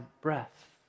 breath